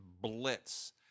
blitz